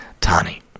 Tani